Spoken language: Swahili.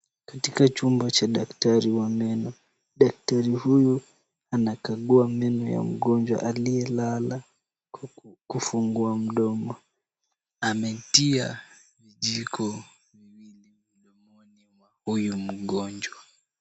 Katika chumba cha daktari wa meno, daktari huyu anakagua meno ya mgonjwa aliyelala kwa kufungua mdomo. Ametia vijiko viwili mdomoni mwa huyu mgonjwa.